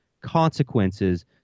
consequences